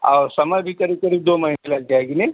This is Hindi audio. और समय भी करीब करीब दो महीना लग जाएगी नहीं